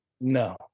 No